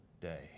day